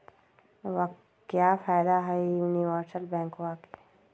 क्का फायदा हई यूनिवर्सल बैंकवा के?